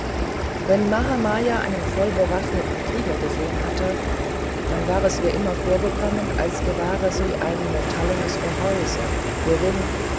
wenn mahamaya einen vollbewaffneten krieger gesehen hatte dann war es ihr immer vorgekommen als gewahre sie ein metallenes gehäuse worin